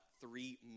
three